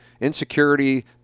insecurity